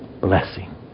blessing